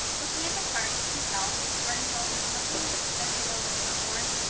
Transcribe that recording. looking at the chart, you can tell vernon hills is in the blue, libertyville is in the orange,